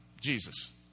Jesus